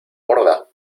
borda